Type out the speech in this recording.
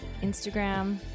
Instagram